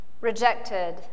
rejected